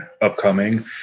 upcoming